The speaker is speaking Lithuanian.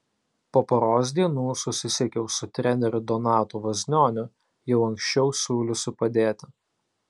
po poros dienų susisiekiau su treneriu donatu vaznoniu jau anksčiau siūliusiu padėti